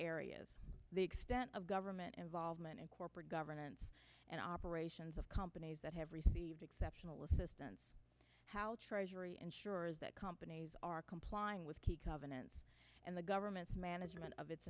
areas the extent of government involvement in corporate governance and operations of companies that have received exceptional assistance how treasury ensures that companies are complying with key covenants and the government's management of it